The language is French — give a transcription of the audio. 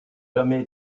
jamais